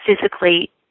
physically